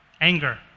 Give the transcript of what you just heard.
anger